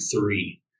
three